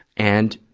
and,